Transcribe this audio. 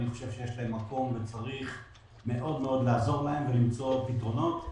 אני חושב שיש להן מקום וצריך לעזור להן ולמצוא פתרונות.